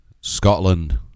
Scotland